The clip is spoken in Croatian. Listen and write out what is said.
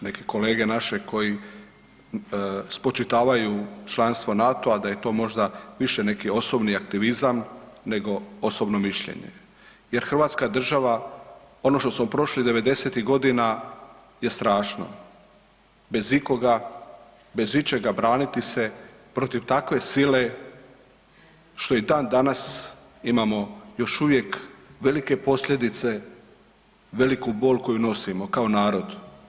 Vjerujem da neke kolege naše koji spočitavaju članstvo NATO-a da je to možda više neki osobni aktivizam, nego osobno mišljenje jer hrvatska država, ono što smo prošli '90.-tih godina je strašno, bez ikoga, bez ičega braniti se protiv takve sile, što i dan danas imamo još uvijek velike posljedice, veliku bol koju nosimo kao narod.